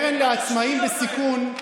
קרן לעצמאים בסיכון,